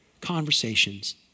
conversations